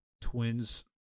Twins